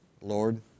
Lord